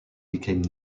became